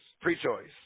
pre-choice